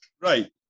Right